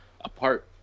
apart